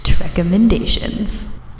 Recommendations